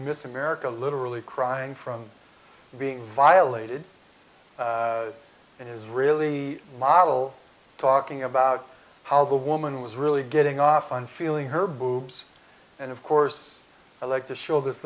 america literally crying from being violated and his really model talking about how the woman was really getting off on feeling her boobs and of course i like to show this